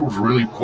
really